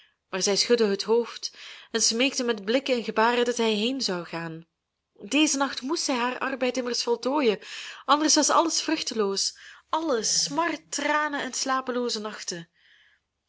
maar zij schudde het hoofd en smeekte met blikken en gebaren dat hij heen zou gaan dezen nacht moest zij haar arbeid immers voltooien anders was alles vruchteloos alles smart tranen en slapelooze nachten